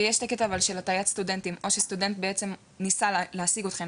יש קטע של הטעיית סטודנטים: או שסטודנט ניסה להשיג אתכם